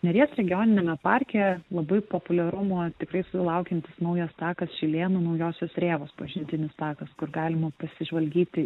neries regioniniame parke labai populiarumo tikrai sulaukiantis naujas takas šilėnų naujosios rėvos pažintinis takas kur galima pasižvalgyti